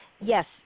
yes